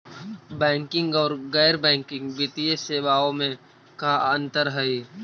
Banking और गैर banking वित्तीय सेवाओं में का अंतर हइ?